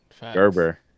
Gerber